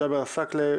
ג'אבר עסאקלה,